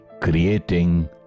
creating